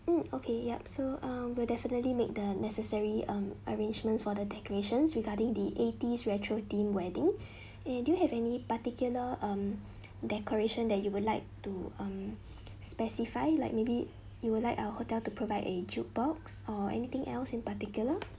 hmm okay yup so uh we'll definitely make the necessary um arrangements for the decorations regarding the eighties retro themed wedding and do you have any particular um decoration that you would like to um specify like maybe you would like our hotel to provide a jukebox or anything else in particular